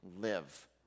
live